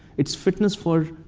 it's fitness for,